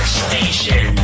station